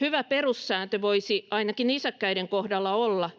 Hyvä perussääntö voisi ainakin nisäkkäiden kohdalla olla,